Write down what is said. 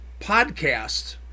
podcast